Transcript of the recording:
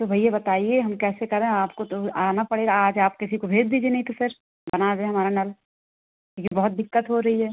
तो भैया बताइए हम कैसे करें आपको तो आना पड़ेगा आज आप किसी को भेज दीजिए नहीं तो फिर बना दें हमारा नाम क्योंकि बहुत दिक्कत हो रही है